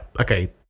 okay